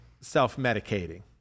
self-medicating